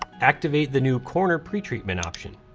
activate the new corner pre-treatment option.